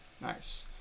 Nice